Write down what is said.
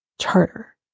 charter